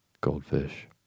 goldfish